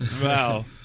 Wow